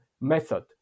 method